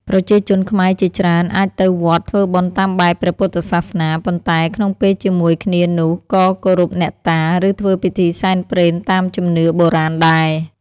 ប្រជាជនខ្មែរជាច្រើនអាចទៅវត្តធ្វើបុណ្យតាមបែបព្រះពុទ្ធសាសនា ប៉ុន្តែក្នុងពេលជាមួយគ្នានោះក៏គោរពអ្នកតា ឬធ្វើពិធីសែនព្រេនតាមជំនឿបុរាណដែរ។